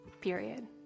period